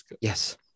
Yes